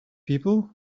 people